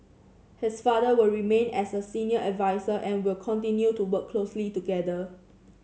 his father will remain as a senior adviser and will continue to work closely together